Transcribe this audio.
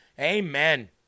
Amen